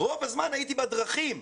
רוב זמן הייתי בדרכים.